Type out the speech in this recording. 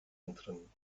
entrinnen